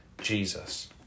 Jesus